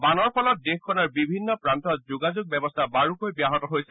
বানৰ ফলত দেশখনৰ বিভিন্ন প্ৰান্তত যোগাযোগ ব্যৱস্থা বাৰুকৈ ব্যাহত হৈছে